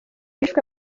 bishwe